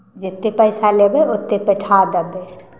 जतेक पैसा लेबै ओतेक पठा देबै